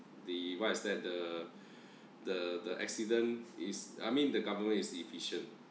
the what's that the the the accident is I mean the government is efficient